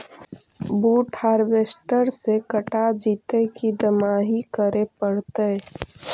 बुट हारबेसटर से कटा जितै कि दमाहि करे पडतै?